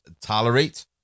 Tolerate